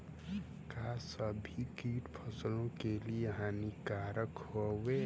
का सभी कीट फसलों के लिए हानिकारक हवें?